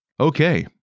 Okay